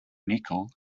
nickel